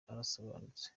arasobanutse